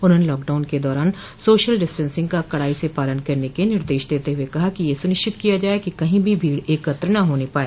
उन्होंने लॉकडाउन के दौरान सोशल डिस्टेंसिंग का कड़ाई से पालन कराने के निर्देश देते हुए कहा है कि यह सुनिश्चित किया जाए कि कहीं भी भीड़ एकत्र न होने पाए